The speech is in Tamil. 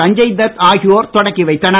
சஞ்சய் தத் ஆகியோர் தொடக்கி வைத்தனர்